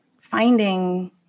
finding